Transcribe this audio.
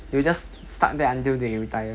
they will just stuck there until they retire